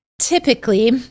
Typically